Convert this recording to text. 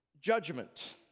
judgment